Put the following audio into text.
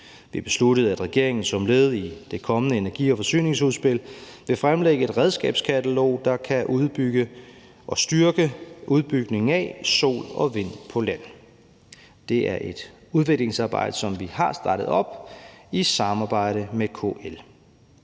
Vi besluttede, at regeringen som led i det kommende energi- og forsyningsudspil vil fremlægge et redskabskatalog, der kan styrke udbygningen af sol- og vindenergi på land. Det er et udviklingsarbejde, som vi har startet op i samarbejde med KL.